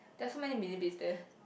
there are so many millipedes there